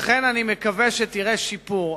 לכן, אני מקווה שתראה שיפור.